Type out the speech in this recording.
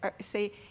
say